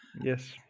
Yes